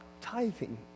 tithing